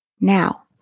Now